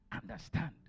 understand